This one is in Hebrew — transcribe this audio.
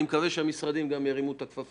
אני מקווה שהמשרדים גם ירימו את הכפפה.